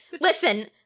listen